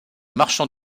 marchand